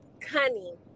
cunning